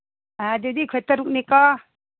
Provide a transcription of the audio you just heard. ꯑꯥ ꯑꯗꯨꯗꯤ ꯑꯩꯈꯣꯏ ꯇꯔꯨꯛꯅꯤꯀꯣ